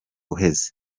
uheze